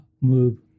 move